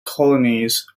colonies